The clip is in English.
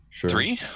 Three